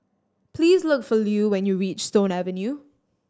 please look for Lue when you reach Stone Avenue